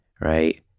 right